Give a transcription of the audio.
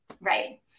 Right